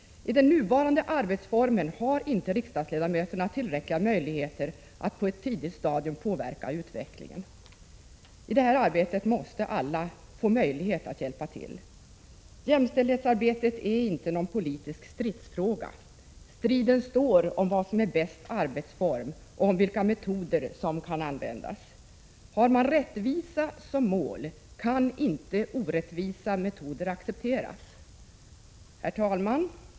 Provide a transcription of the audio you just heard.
I den nuvarande arbetsformen har inte riksdagsledamöterna tillräckliga möjligheter att på ett tidigt stadium påverka utvecklingen. I det här arbetet måste alla få möjlighet att hjälpa till. Jämställdhetsarbetet är inte någon politisk stridsfråga. Striden står om vad 43 som är bäst arbetsform och om vilka metoder som kan användas. Har man rättvisa som mål, kan inte orättvisa metoder accepteras. Herr talman!